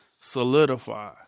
solidify